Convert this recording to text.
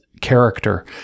character